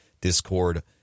Discord